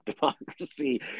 democracy